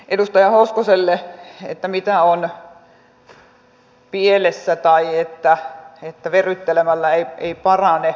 edustaja hoskoselle siitä mitä on pielessä tai että verryttelemällä ei parane